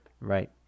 Right